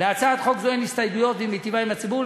להצעת חוק זו אין הסתייגויות והיא מיטיבה עם הציבור.